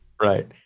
Right